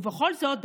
ובכל זאת,